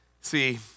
See